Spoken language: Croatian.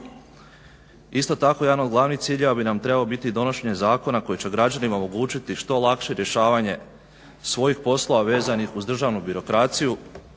Isto tako jedan od glavnih ciljeva bi nam trebao biti i donošenje zakona koji će građanima omogućiti što lakše rješavanje svojih poslova vezanih uz državnu birokraciju